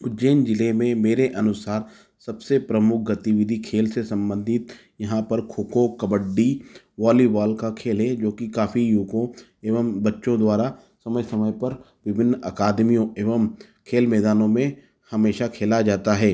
उज्जैन जिले में मेरे अनुसार सबसे प्रमुख गतिविधि खेल से सम्बंधित यहाँ पर खो खो कबड्डी वॉलीवाल का खेल है जो कि काफ़ी युवाओं एवं बच्चों द्वारा समय समय पर विभिन्न अकादमियों एवं खेल मैदानों में हमेशा खेला जाता है